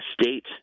state